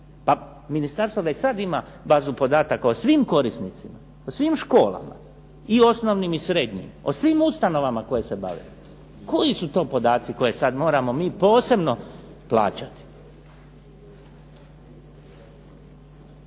Pa ministarstvo već sad ima bazu podataka o svim korisnicima, o svim školama, i osnovnim i srednjim. O svim ustanovama koje se bave. Koji su to podaci koje sad moramo mi posebno plaćati?